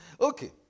Okay